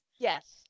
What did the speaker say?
Yes